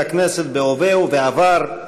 בהווה ובעבר,